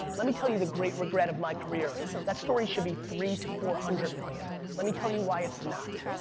let me tell you the great regret of my career. that story should be three to four hundred million. let me tell you why it's not.